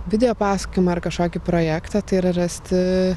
video pasakojimą ar kažkokį projektą tai yra rasti